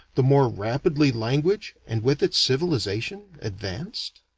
the more rapidly language, and with it civilization, advanced?